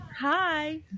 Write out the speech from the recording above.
hi